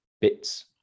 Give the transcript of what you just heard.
bits